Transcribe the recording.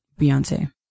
Beyonce